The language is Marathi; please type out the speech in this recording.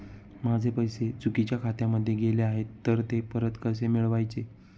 माझे पैसे चुकीच्या खात्यामध्ये गेले आहेत तर ते परत कसे मिळवायचे?